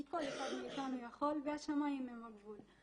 כי כל אחד מאיתנו יכול והשמיים אל הגבול.